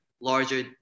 larger